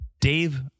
Dave